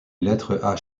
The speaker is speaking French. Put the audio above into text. lettres